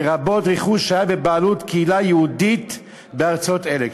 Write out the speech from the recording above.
לרבות רכוש שהיה בבעלות קהילה יהודית בארצות אלה.